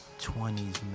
20s